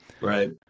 Right